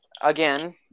Again